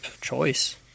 choice